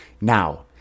Now